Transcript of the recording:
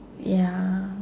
ya